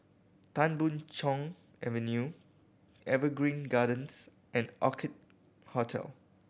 Tan Boon Chong Avenue Evergreen Gardens and Orchid Hotel